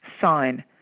sign